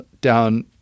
down